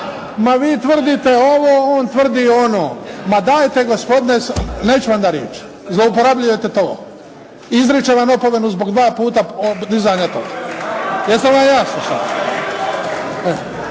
Ma vi tvrdite ovo, on tvrdi ono. Ma dajte gospodine. Neću vam dati riječ. Zlouporabljujete to. Izričem vam opomenu zbog dva puta dizanja toga. **Linić, Slavko